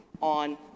on